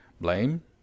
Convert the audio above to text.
Blame